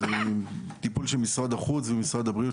להבנתי הוא בטיפול של משרד החוץ ומשרד הבריאות,